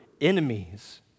enemies